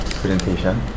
presentation